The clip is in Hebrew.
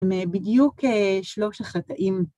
הם בדיוק שלוש החטאים.